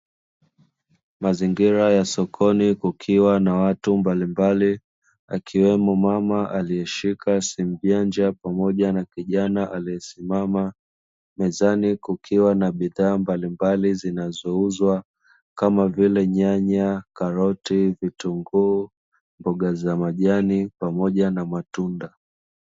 Mazingira ya sokoni kukiwa na watu mbalimbali akiwemo mama aliyeshika simu janja pamoja na kijana aliyesimama, mezani kukiwa na bidhaa mbalimbali zinazouzwa kama vile nyanya, karoti, vitunguu, mboga za majani pamoja na matunda.